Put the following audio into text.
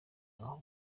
aho